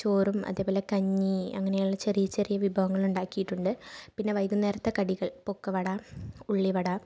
ചോറും അതേപോലെ കഞ്ഞി അങ്ങനെയുള്ള ചെറിയ ചെറിയ വിഭവങ്ങളുണ്ടാക്കിയിട്ടുണ്ട് പിന്നെ വൈകുന്നേരത്തെ കടികൾ പക്ക വട ഉള്ളി വട